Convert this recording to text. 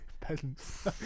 peasants